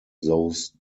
those